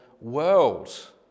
world